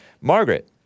Margaret